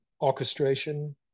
orchestration